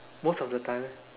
most of the time